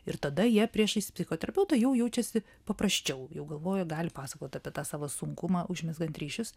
ir tada jie priešais psichoterapeutą jau jaučiasi paprasčiau jau galvoja gali pasakot apie tą savo sunkumą užmezgant ryšius